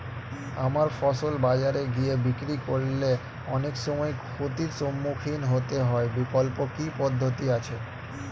আমার ফসল বাজারে গিয়ে বিক্রি করলে অনেক সময় ক্ষতির সম্মুখীন হতে হয় বিকল্প কি পদ্ধতি আছে?